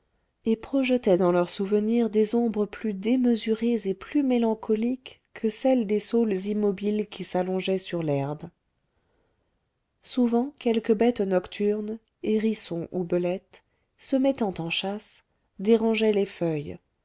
et projetait dans leur souvenir des ombres plus démesurées et plus mélancoliques que celles des saules immobiles qui s'allongeaient sur l'herbe souvent quelque bête nocturne hérisson ou belette se mettant en chasse dérangeait les feuilles